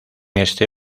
este